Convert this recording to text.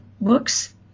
books